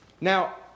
Now